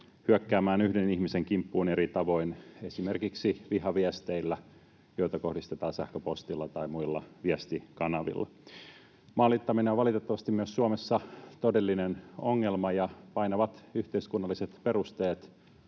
hyökkäämään yhden ihmisen kimppuun eri tavoin, esimerkiksi vihaviesteillä, joita kohdistetaan sähköpostilla tai muilla viestikanavilla. Maalittaminen on valitettavasti myös Suomessa todellinen ongelma, ja painavat yhteiskunnalliset perusteet